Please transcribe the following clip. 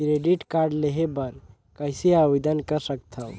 Credit card लेहे बर कइसे आवेदन कर सकथव?